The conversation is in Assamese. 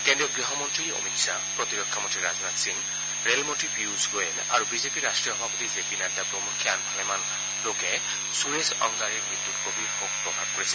কেন্দ্ৰীয় গৃহমন্ত্ৰী অমিত খাহ প্ৰতিৰক্ষা মন্ত্ৰী ৰাজনাথ সিং ৰেল মন্ত্ৰী পিয়ুছ গোৱেল আৰু বিজেপিৰ ৰাষ্ট্ৰীয় সভাপতি জে পি নাড্ডা প্ৰমুখ্যে আন ভালেমান লোকে সুৰেশ অংগড়ীৰ মৃত্যুত গভীৰ শোক প্ৰকাশ কৰিছে